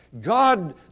God